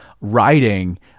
writing